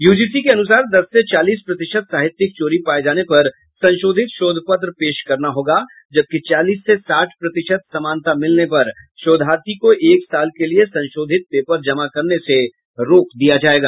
UGC के अनुसार दस से चालीस प्रतिशत साहित्यिक चोरी पाये जाने पर संशोधित शोध पत्र पेश करना होगा जबकि चालीस से साठ प्रतिशत समानता मिलने पर शोधार्थी को एक साल के लिये संशोधित पेपर जमा करने से रोक दिया जायेगा